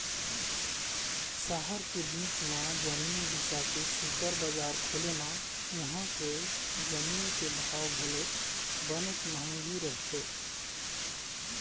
सहर के बीच म जमीन बिसा के सुपर बजार खोले म उहां के जमीन के भाव घलोक बनेच महंगी रहिथे